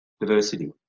diversity